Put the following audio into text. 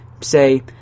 say